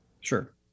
Sure